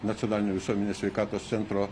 nacionalinio visuomenės sveikatos centro